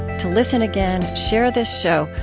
to listen again, share this show,